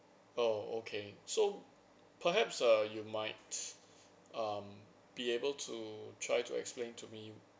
oh okay so perhaps uh you might um be able to try to explain to me